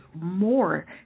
more